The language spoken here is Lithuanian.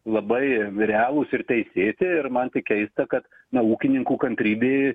labai realūs ir teisėti ir man tai keista kad na ūkininkų kantrybė